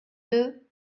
deux